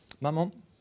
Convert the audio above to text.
Maman